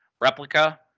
replica